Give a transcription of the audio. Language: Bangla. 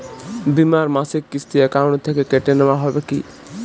বিমার মাসিক কিস্তি অ্যাকাউন্ট থেকে কেটে নেওয়া হবে কি?